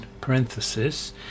parenthesis